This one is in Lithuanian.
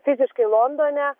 fiziškai londone